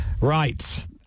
Right